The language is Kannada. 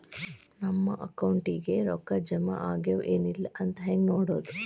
ನಮ್ಮ ಅಕೌಂಟಿಗೆ ರೊಕ್ಕ ಜಮಾ ಆಗ್ಯಾವ ಏನ್ ಇಲ್ಲ ಅಂತ ಹೆಂಗ್ ನೋಡೋದು?